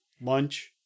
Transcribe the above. Lunch